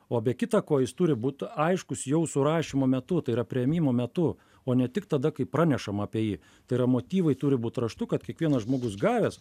o be kita ko jis turi būt aiškus jau surašymo metu tai yra priėmimo metu o ne tik tada kai pranešama apie jį tai yra motyvai turi būt raštu kad kiekvienas žmogus gavęs